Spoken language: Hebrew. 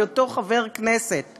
בהיותו חבר כנסת,